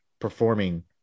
performing